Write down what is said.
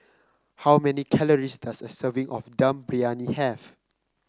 how many calories does a serving of Dum Briyani have